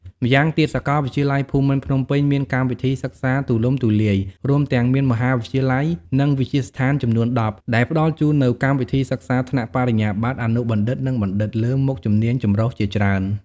ម៉្យាងទៀតសាកលវិទ្យាល័យភូមិន្ទភ្នំពេញមានកម្មវិធីសិក្សាទូលំទូលាយ រួមទាំងមានមហាវិទ្យាល័យ និងវិទ្យាស្ថានចំនួន ១០ ដែលផ្តល់ជូននូវកម្មវិធីសិក្សាថ្នាក់បរិញ្ញាបត្រ អនុបណ្ឌិត និងបណ្ឌិត លើមុខជំនាញចម្រុះជាច្រើន។